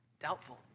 Doubtful